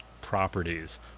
properties